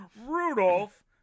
Rudolph